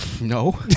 No